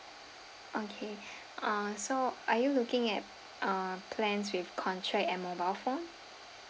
okay uh so are you looking at a plan with contract and mobile phone